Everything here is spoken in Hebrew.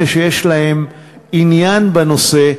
או לאלה שיש להם עניין בנושא,